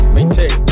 Maintain